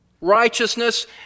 Righteousness